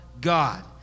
God